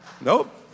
Nope